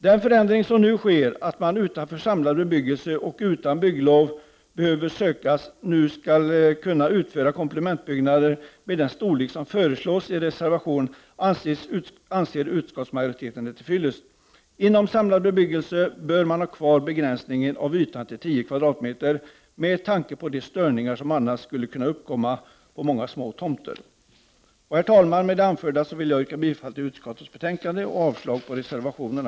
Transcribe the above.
Den förändring som nu sker, att man utanför samlad bebyggelse och utan att bygglov behöver sökas skall kunna uppföra komplementbyggnader med den storlek som föreslås i reservationen, anser utskottsmajoriteten är till fyllest. Inom samlad bebyggelse bör man ha kvar en begränsning av ytan till 10 m?, med tanke på de störningar som annars skulle uppkomma på många små tomter. Herr talman! Med det anförda yrkar jag bifall till utskottets hemställan och avslag på reservationerna.